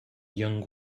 young